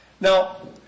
Now